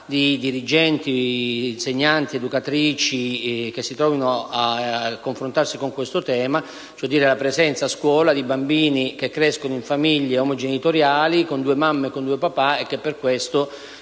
di dirigenti, insegnanti ed educatrici che si trovano a confrontarsi con il problema. Mi riferisco alla presenza nelle scuole di bambini che crescono in famiglie omogenitoriali, ossia con due mamme o con due papà, e che per questo